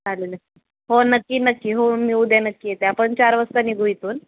चालेल हो नक्की नक्की हो मी उद्या नक्की येते आपण चार वाजता निघू इथून